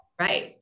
Right